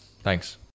Thanks